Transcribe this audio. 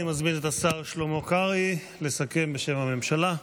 אני מזמין את השר שלמה קרעי לסכם בשם הממשלה,